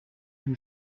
who